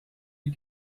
you